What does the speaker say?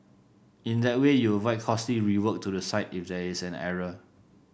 in that way you avoid costly rework to the site if there is an error